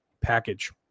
package